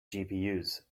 gpus